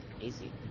Easy